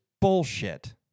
bullshit